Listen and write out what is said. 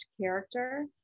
character